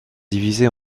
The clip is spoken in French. divisées